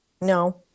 No